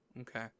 Okay